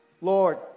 Lord